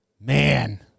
Man